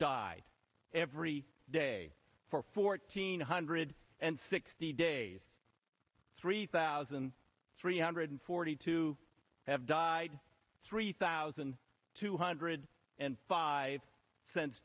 died every day for fourteen hundred and sixty days three thousand three hundred forty two have died three thousand two hundred and five